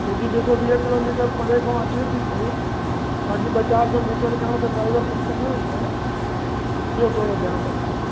छो की ॾिसो वीह किलोमीटर परे खां अचे थी पई बाक़ी ॿ चारि सौ मीटर खां त ड्राइवर पोएते न वेंदो न इहो थोरो ध्यानु रखिजो